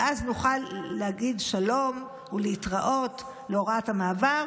ואז נוכל להגיד שלום ולהתראות להוראת המעבר